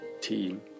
team